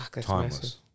timeless